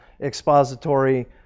expository